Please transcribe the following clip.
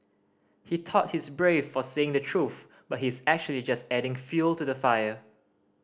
he thought he's brave for saying the truth but he's actually just adding fuel to the fire